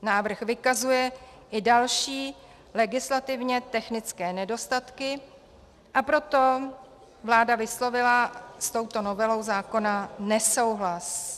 Návrh vykazuje i další legislativně technické nedostatky, a proto vláda vyslovila s touto novelou zákona nesouhlas.